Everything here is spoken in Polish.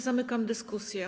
Zamykam dyskusję.